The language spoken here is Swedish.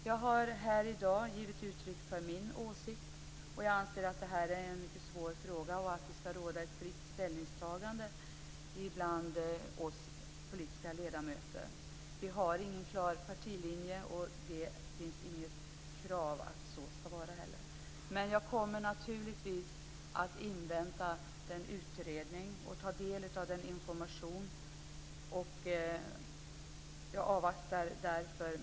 Jag har här i dag gett uttryck för min åsikt, och jag anser att detta är en mycket svår fråga och att det ska råda ett fritt ställningstagande bland oss ledamöter. Vi har ingen klar partilinje, och det finns inget krav på det heller. Men jag kommer naturligtvis att invänta utredningen och ta del av information. Jag avvaktar därför.